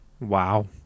Wow